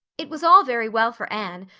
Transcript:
it was all very well for anne,